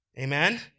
Amen